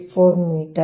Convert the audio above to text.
734 metre